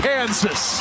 Kansas